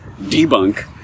debunk